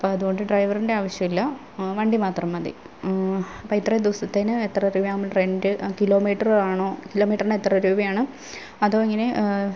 അപ്പം അതുകൊണ്ട് ഡ്രൈവറിൻ്റെ ആവശ്യമില്ല വണ്ടി മാത്രം മതി അപ്പം ഇത്രയും ദിവസത്തേക്ക് എത്ര രൂപയാവും റെൻട് കിലോമീറ്ററാണോ കിലോമീറ്ററിന് എത്ര രൂപയാണ് അതോ ഇങ്ങനെ